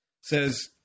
Says